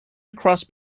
across